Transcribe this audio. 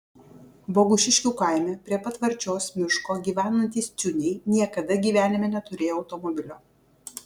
bogušiškių kaime prie pat varčios miško gyvenantys ciūniai niekada gyvenime neturėjo automobilio